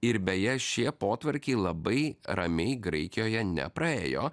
ir beje šie potvarkiai labai ramiai graikijoje nepraėjo